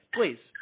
Please